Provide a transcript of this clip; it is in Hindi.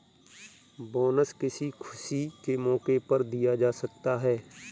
बोनस किसी खुशी के मौके पर दिया जा सकता है